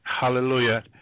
Hallelujah